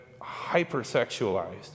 hypersexualized